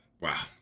Wow